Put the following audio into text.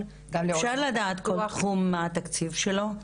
--- אפשר לדעת כל תחום מה התקציב שלו?